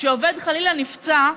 כשעובד נפצע,